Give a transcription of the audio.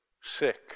sick